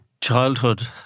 childhood